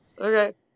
Okay